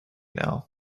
now